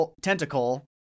Tentacle